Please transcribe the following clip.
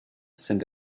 sind